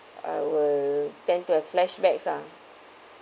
I will tend to have flashbacks ah